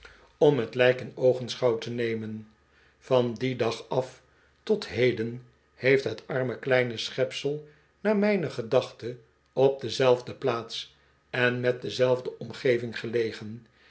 sterfgevallen t lijk in oogenschouw te nemen van dien dag af tot heden heeft het arme kleine schepsel naar mijne gedachte op dezelfde plaats en met dezelfde omgeving gelegen